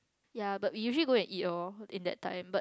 yeah but we usually go and eat (or) in that time but